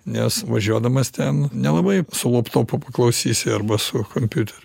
nes važiuodamas ten nelabai su laptopu paklausysi arba su kompiuteriu